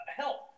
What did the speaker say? help